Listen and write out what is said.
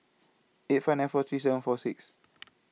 eight five nine four three seven four six